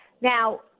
Now